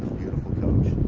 beautiful coach.